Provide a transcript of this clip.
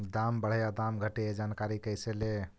दाम बढ़े या दाम घटे ए जानकारी कैसे ले?